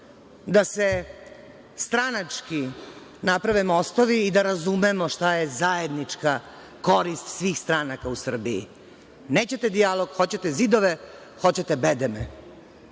da se stranački naprave mostovi i da razumemo šta je zajednička korist svih stranaka u Srbiji. Nećete dijalog, hoćete zidove, hoćete bedeme.